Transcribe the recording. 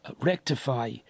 rectify